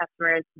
customers